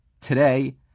Today